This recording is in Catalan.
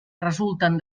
resulten